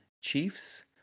chiefs